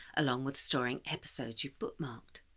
along with storing episodes you've bookmarked.